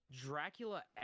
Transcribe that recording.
Dracula